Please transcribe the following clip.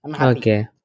Okay